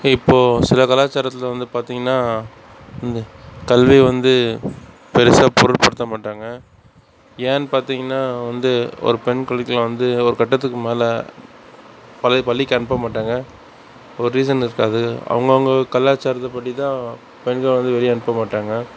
இப்போது சில கலாச்சாரத்தில் வந்து பார்த்திங்கன்னா இந்த கல்வி வந்து பெருசாக பொருட்படுத்த மாட்டாங்க ஏன்னெனு பார்த்திங்கன்னா வந்து ஒரு பெண் கல்விக்கெலாம் வந்து ஒரு கட்டத்துக்கு மேலே பழைய பள்ளிக்கு அனுப்பமாட்டாங்க ஒரு ரீசன் இருக்காது அவுங்கவங்க கலாச்சாரத்து படி தான் பெண்களை வந்து வெளியே அனுப்பமாட்டாங்க